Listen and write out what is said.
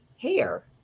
hair